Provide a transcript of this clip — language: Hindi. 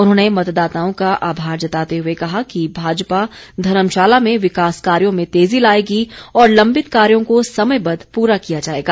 उन्होंने मतदाताओं का आभार जताते हुए कहा कि भाजपा धर्मशाला में विकास कार्यों में तेजी लाएगी और लम्बित कार्यों को समयबद्व पूरा किया जाएगा